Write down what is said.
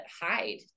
hide